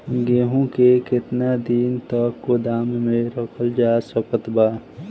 गेहूँ के केतना दिन तक गोदाम मे रखल जा सकत बा?